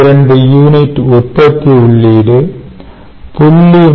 2 unit உற்பத்தி உள்ளீடு 0